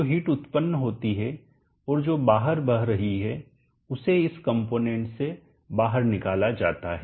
जो हिट उत्पन्न होती है और जो बाहर बह रही है उसे इस कंपोनेंट से बाहर निकाला जाता है